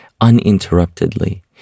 uninterruptedly